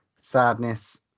sadness